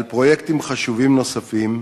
על פרויקטים חשובים נוספים,